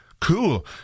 cool